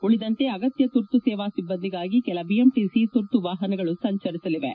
ಉಳಿದಂತೆ ಅಗತ್ಯ ತುರ್ತು ಸೇವಾ ಸಿಭ್ಗಂದಿಗಾಗಿ ಕೆಲ ಬಿಎಂಟಿಸಿ ತುರ್ತು ವಾಹನಗಳು ಸಂಚರಿಸಲಿವೆ